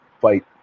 fight